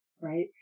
right